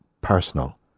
personal